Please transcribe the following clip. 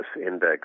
index